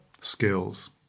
skills